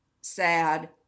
sad